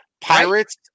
Pirates